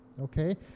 okay